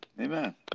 Amen